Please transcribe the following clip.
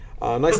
Nice